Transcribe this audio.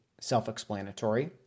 self-explanatory